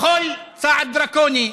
בכל צעד דרקוני,